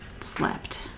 slept